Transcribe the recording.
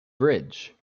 bridge